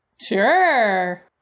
Sure